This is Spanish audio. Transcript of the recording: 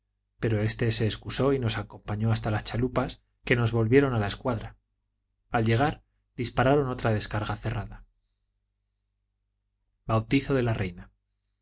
pero éste se excusó y nos acompañó hasta las chalupas que nos volvieron a la escuadra al llegar dispararon otra descarga cerrada bautizo de la reina